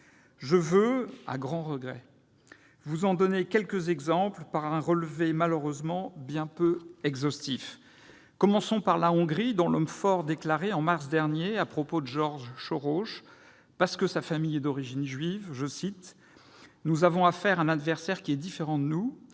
me faut, à mon grand regret, vous en donner quelques exemples par un relevé malheureusement bien peu exhaustif. Commençons par la Hongrie, dont l'homme fort déclarait, en mars dernier, à propos de Georges Soros, parce que sa famille est d'origine juive :« Nous avons affaire à un adversaire qui est différent de nous.